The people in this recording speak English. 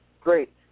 Great